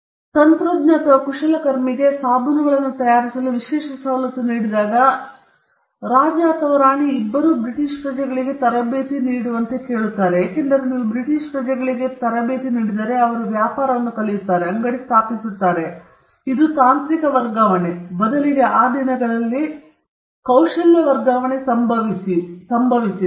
ಆದ್ದರಿಂದ ತಂತ್ರಜ್ಞ ಅಥವಾ ಕುಶಲಕರ್ಮಿಗೆ ಸಾಬೂನುಗಳನ್ನು ತಯಾರಿಸಲು ವಿಶೇಷ ಸವಲತ್ತು ನೀಡಿದಾಗ ರಾಜ ಅಥವಾ ರಾಣಿ ಇಬ್ಬರು ಬ್ರಿಟಿಷ್ ಪ್ರಜೆಗಳಿಗೆ ತರಬೇತಿ ನೀಡುವಂತೆ ಕೇಳುತ್ತಾರೆ ಏಕೆಂದರೆ ನೀವು ಬ್ರಿಟಿಷ್ ಪ್ರಜೆಗಳಿಗೆ ತರಬೇತಿ ನೀಡಿದರೆ ಅವರು ವ್ಯಾಪಾರವನ್ನು ಕಲಿಯುತ್ತಾರೆ ಅಂಗಡಿ ಸ್ಥಾಪಿಸುತ್ತಾರೆ ಮತ್ತು ಇದು ತಾಂತ್ರಿಕ ವರ್ಗಾವಣೆ ಅಥವಾ ಬದಲಿಗೆ ಆ ದಿನಗಳಲ್ಲಿ ಕೌಶಲ್ಯ ವರ್ಗಾವಣೆ ಸಂಭವಿಸಿದ ಕರೆ ಅವಕಾಶ ಒಂದು ಮಾರ್ಗವಾಗಿದೆ